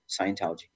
Scientology